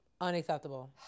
unacceptable